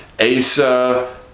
asa